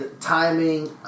Timing